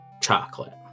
chocolate